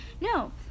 No